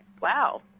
Wow